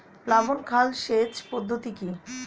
প্লাবন খাল সেচ পদ্ধতি কি?